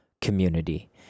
community